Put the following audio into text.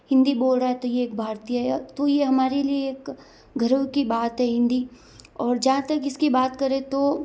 हिन्दी बोल रहा है तो ये एक भारतीय है तो ये हमारे लिए एक गर्व की बात है हिन्दी और जहाँ तक इस की बात करें तो